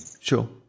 Sure